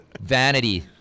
Vanity